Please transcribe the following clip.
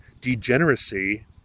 degeneracy